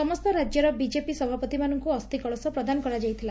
ସମସ୍ତ ରାଜ୍ୟର ବିଜେପି ସଭାପତିମାନଙ୍କୁ ଅସ୍ଥିକଳସ ପ୍ରଦାନ କରାଯାଇଥିଲା